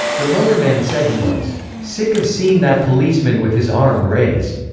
the motorman said he was sick of seeing that policeman with his arm raised.